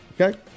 Okay